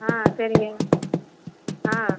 ஆ சரிங்க ஆ